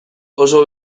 oso